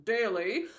daily